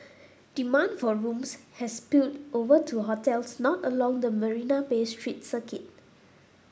demand for rooms has spilled over to hotels not along the Marina Bay street circuit